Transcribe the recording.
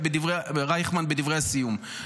בדברי הסיום: